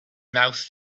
mouths